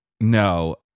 No